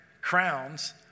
crowns